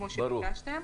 כמו שביקשתם.